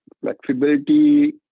flexibility